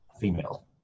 female